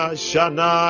shana